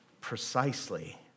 precisely